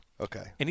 Okay